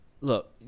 Look